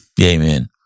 Amen